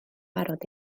barod